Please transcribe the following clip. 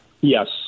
Yes